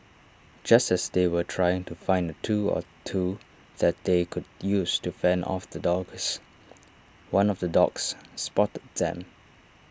just as they were trying to find A tool or two that they could use to fend off the dogs one of the dogs spotted them